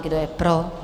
Kdo je pro?